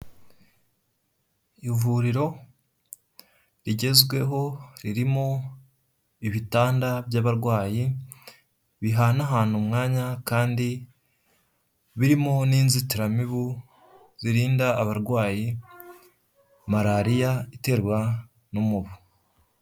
Ivuriro rigezweho ririmo ibitanda by'abarwayi bihanahana umwanya kandi birimo n'inzitiramibu zirinda abarwayi malariya iterwa n'umubu.